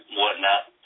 whatnot